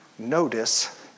notice